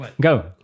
Go